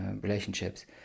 relationships